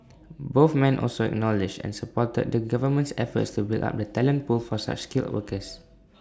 both men also acknowledged and supported the government's efforts to build up the talent pool for such skilled workers